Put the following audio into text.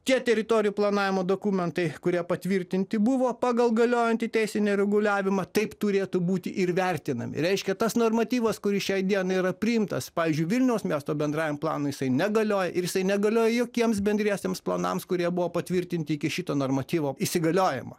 čia teritorijų planavimo dokumentai kurie patvirtinti buvo pagal galiojantį teisinį reguliavimą taip turėtų būti ir vertinami reiškia tas normatyvas kuris šiai dienai yra priimtas pavyzdžiui vilniaus miesto bendrajam planui jisai negalioja ir jisai negalioja jokiems bendriesiems planams kurie buvo patvirtinti iki šito normatyvo įsigaliojimo